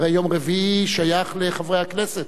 הרי יום רביעי שייך לחברי הכנסת,